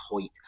height